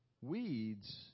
Weeds